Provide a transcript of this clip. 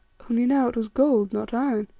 only now it was gold, not iron,